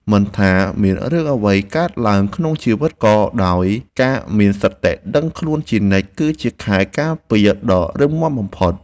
មិនថាមានរឿងអ្វីកើតឡើងក្នុងជីវិតក៏ដោយការមានសតិដឹងខ្លួនជានិច្ចគឺជាខែលការពារដ៏រឹងមាំបំផុត។